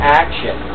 action